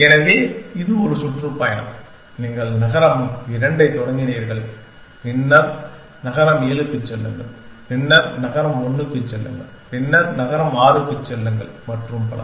எனவே இது ஒரு சுற்றுப்பயணம் நீங்கள் நகரம் 2 ஐத் தொடங்கினீர்கள் பின்னர் நகரம் 7 க்குச் செல்லுங்கள் பின்னர் நகரம் 1 க்குச் செல்லுங்கள் பின்னர் நகரம் 6 க்குச் செல்லுங்கள்மற்றும் பல